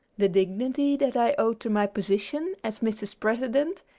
the dignity that i owe to my position, as mrs. president,